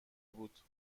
بود